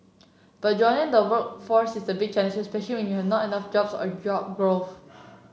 but joining the workforce is a big challenge especially when you have not enough jobs or job